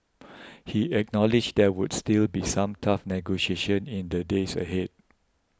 he acknowledged there would still be some tough negotiations in the days ahead